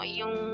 yung